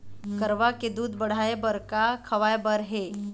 गरवा के दूध बढ़ाये बर का खवाए बर हे?